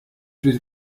with